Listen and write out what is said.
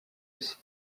est